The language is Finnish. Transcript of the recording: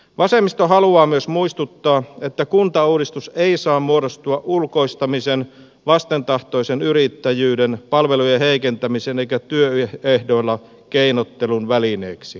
vasemmisto haluaa myös muistuttaa että kuntauudistus ei saa muodostua ulkoistamisen vastentahtoisen yrittäjyyden palvelujen heikentämisen eikä työehdoilla keinottelun välineeksi